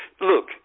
look